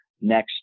next